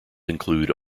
include